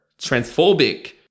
transphobic